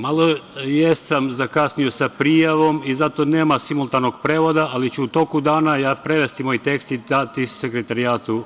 Malo jesam zakasnio sa prijavom i zato nema simultanog prevoda, ali ću u toku dana prevesti moj tekst i dati Sekretarijatu